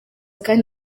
kandi